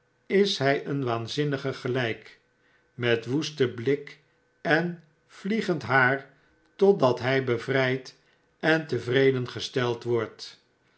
is hii een waanzinnige gelijk met woesten blik en vliegend haar totdat hy bevrijd en tevreden geteld wordt